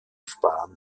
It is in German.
sparen